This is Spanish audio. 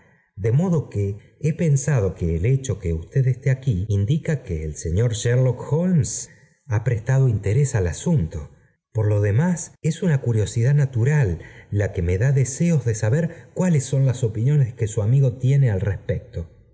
de modo que he pensado que el hecho que usted esté aquí indica que el señor sherlock holmes ha prestado interés al asunto por lo demás i es una curiosidad natural la que me da deseos de saber cuáles son las opiniones que su amigo tiene al respecto